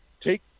take